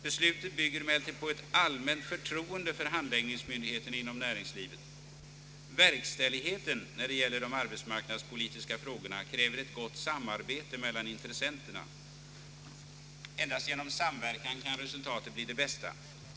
Beslutet bygger emellertid på ett allmänt förtroende för handläggningsmyndigheten inom näringslivet. Verkställigheten när det gäller de arbetsmarknadspolitiska frågorna kräver ett gott samarbete mellan intressenterna. Endast genom samverkan kan resultatet bli det bästa.